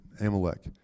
Amalek